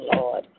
Lord